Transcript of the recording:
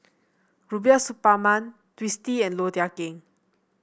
Rubiah Suparman Twisstii and Low Thia Khiang